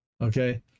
Okay